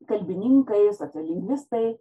kalbininkai sociolingvistai